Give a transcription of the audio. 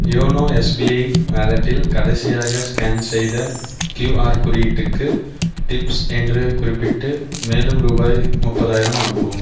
YONO SBI வாலெட்டில் கடைசியாக scan செய்த கியூஆர் குறியீட்டுக்கு டிப்ஸ் என்று குறிப்பிட்டு மேலும் ரூபாய் முப்பதாயிரம் அனுப்பவும்